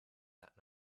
that